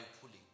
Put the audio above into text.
pulling